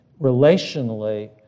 relationally